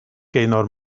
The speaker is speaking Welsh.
gaynor